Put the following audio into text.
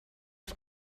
auf